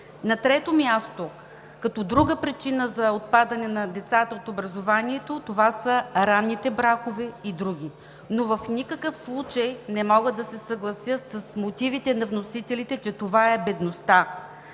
На трето място, като друга причина за отпадане на децата от образованието това са ранните бракове и други. Но в никакъв случай не мога да се съглася с мотивите на вносителите, че това е бедността.